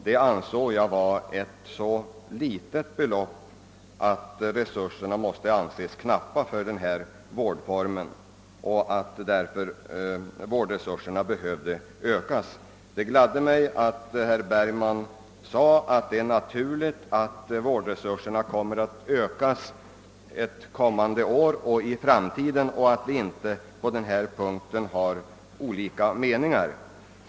Detta ansåg jag vara ett så litet belopp, att resurserna måste an ses otillräckliga för denna vårdform och att en ökning alltså behövs. — Det gladde mig att herr Bergman sade att det är naturligt att vårdresurserna ökas i framtiden och att det inte på denna punkt råder några skilda meningar.